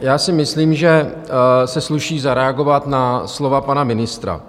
Já si myslím, že se sluší zareagovat na slova pana ministra.